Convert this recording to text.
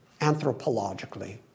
anthropologically